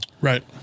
Right